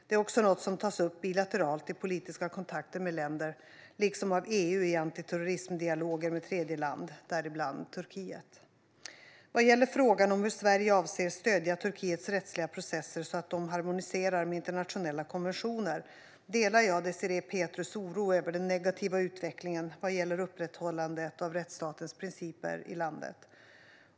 Det är också något som tas upp bilateralt i politiska kontakter med länder, liksom av EU i antiterrorismdialoger med tredjeland, däribland Turkiet. Vad gäller frågan om hur Sverige avser att stödja Turkiets rättsliga processer så att de harmoniserar med internationella konventioner delar jag Désirée Pethrus oro över den negativa utvecklingen vad gäller upprätthållandet av rättsstatens principer i landet.